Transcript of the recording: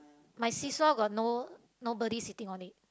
my seasaw got no nobody sitting on it